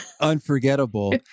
unforgettable